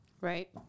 right